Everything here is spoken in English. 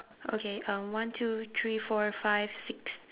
okay um one two three four five six